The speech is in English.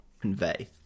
convey